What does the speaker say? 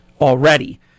Already